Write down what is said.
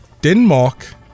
Denmark